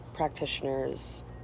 practitioners